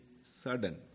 sudden